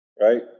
right